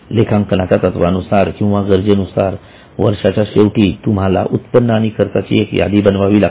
लेखांकनाच्या तत्त्वानुसार किंवा गरजेनुसार वर्षाच्या शेवटी तुम्हाला उत्पन्न आणि खर्चाची एक यादी बनवावी लागते